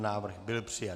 Návrh byl přijat.